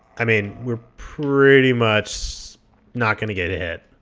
i mean, we're pretty much not going to get hit.